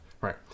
Right